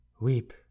Weep